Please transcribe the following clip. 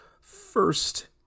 first